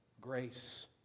grace